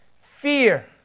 fear